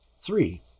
Three